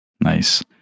Nice